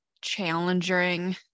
challenging